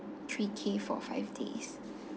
three K for five days